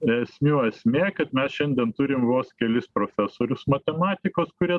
esmių esmė kad mes šiandien turim vos kelis profesorius matematikos kurie